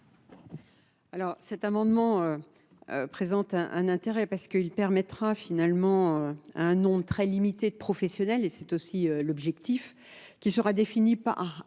Alors cet amendement présente un intérêt parce qu'il permettra finalement à un nombre très limité de professionnels et c'est aussi l'objectif qui sera défini par